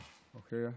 אוקיי.